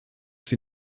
sie